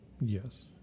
Yes